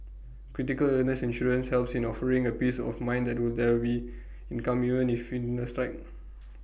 critical illness insurance helps in offering A peace of mind that will there be income even if illnesses strike